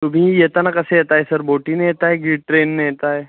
तुम्ही येताना कसे येत आहे सर बोटीने येत आहे की ट्रेनने येत आहे